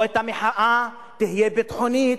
או המחאה תהיה ביטחונית,